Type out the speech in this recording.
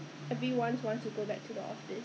真的吗 !aiyo! I prefer